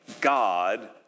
God